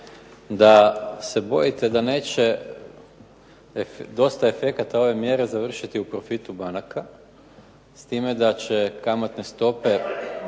da se bojite da ne će dosta efekata ove mjere završiti u profitu banaka, s time da će kamatne stope